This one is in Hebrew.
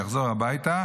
הוא יחזור הביתה,